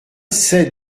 sept